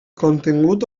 contingut